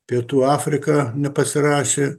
pietų afrika nepasirašė